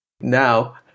Now